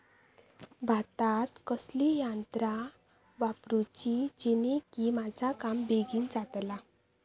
भातात कसली यांत्रा वापरुची जेनेकी माझा काम बेगीन जातला?